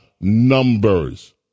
numbers